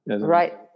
Right